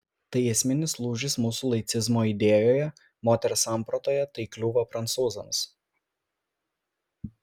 tai esminis lūžis mūsų laicizmo idėjoje moters sampratoje tai kliūva prancūzams